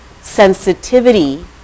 sensitivity